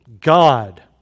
God